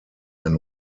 ein